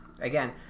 again